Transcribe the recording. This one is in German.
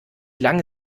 lange